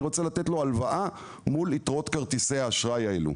ואני רוצה לתת לו הלוואה מול יתרות כרטיסי האשראי האלו?